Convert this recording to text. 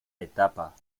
etapa